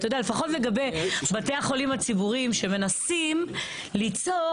לפחות לגבי בתי החולים הציבוריים שמנסים ליצור